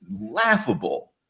laughable